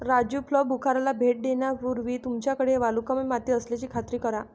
राजू प्लंबूखाराला भेट देण्यापूर्वी तुमच्याकडे वालुकामय माती असल्याची खात्री करा